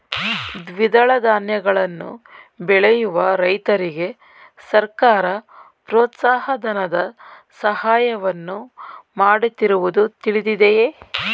ದ್ವಿದಳ ಧಾನ್ಯಗಳನ್ನು ಬೆಳೆಯುವ ರೈತರಿಗೆ ಸರ್ಕಾರ ಪ್ರೋತ್ಸಾಹ ಧನದ ಸಹಾಯವನ್ನು ಮಾಡುತ್ತಿರುವುದು ತಿಳಿದಿದೆಯೇ?